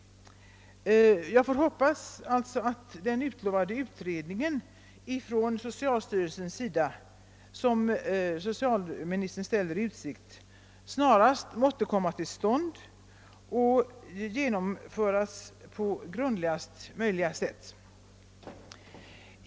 Jag får alltså hoppas att den utredning som socialministern ställer i utsikt snarast måtte komma till stånd och genomföras på grundligast möjliga sätt.